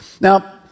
Now